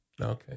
Okay